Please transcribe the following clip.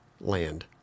land